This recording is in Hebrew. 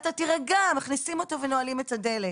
אתה תירגע, מכניסים אותו ונועלים את הדלת.